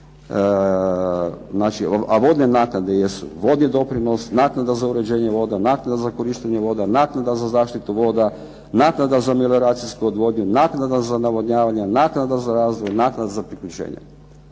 a vodne naknade jesu vodni doprinos, naknada za uređenje voda, naknada za korištenje voda, naknada za zaštitu voda, naknada za melioracijsku odvodnju, naknada za navodnjavanje, naknada za razvoj, naknada za priključenje.